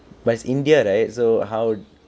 but it's india right so how